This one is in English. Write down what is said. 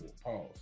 Pause